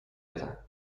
это